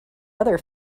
other